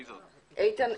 בקצרה.